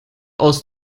aus